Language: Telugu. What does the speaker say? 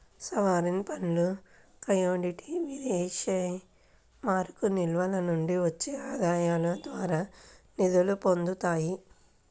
సావరీన్ ఫండ్లు కమోడిటీ విదేశీమారక నిల్వల నుండి వచ్చే ఆదాయాల ద్వారా నిధుల్ని పొందుతాయి